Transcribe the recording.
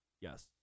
Yes